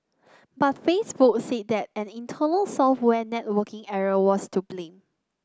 but Facebook said that an internal software networking error was to blame